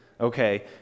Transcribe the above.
Okay